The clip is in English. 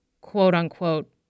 quote-unquote